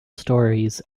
stories